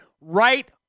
right